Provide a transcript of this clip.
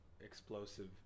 explosive